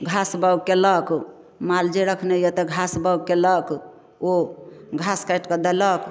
घास बाओग कयलक माल जे रखने यऽ तऽ घास बाओग कयलक ओ घास काटिकऽ देलक